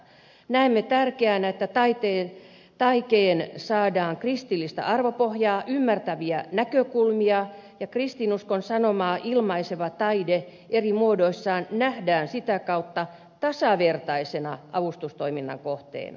näemme tärkeänä että taikeen saadaan kristillistä arvopohjaa ymmärtäviä näkökulmia ja kristinuskon sanomaa ilmaiseva taide eri muodoissaan nähdään sitä kautta tasavertaisena avustustoiminnan kohteena